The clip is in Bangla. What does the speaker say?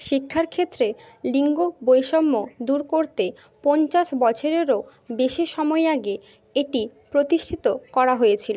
শিক্ষার ক্ষেত্রে লিঙ্গ বৈষম্য দূর করতে পঞ্চাশ বছরেরও বেশি সময় আগে এটি প্রতিষ্ঠিত করা হয়েছিল